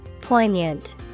Poignant